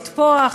לתפוח,